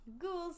Ghouls